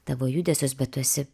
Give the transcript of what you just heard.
tavo judesius bet tu esi